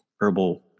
herbal